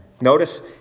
Notice